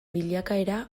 bilakaera